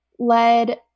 Led